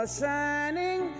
shining